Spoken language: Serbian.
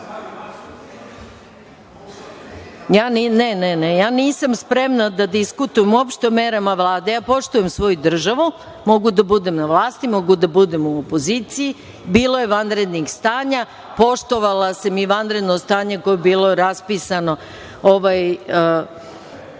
sednicu. Ja nisam spremna diskutujemo uopšte o merama Vlade. Ja poštujem svoju državu. Mogu sa budem na vlasti, mogu da budem u opozicije. Bilo je vanrednih stanja. Poštovala sam i vanredno stanje koje je bilo raspisano 2003.